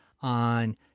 on